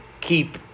keep